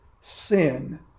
sin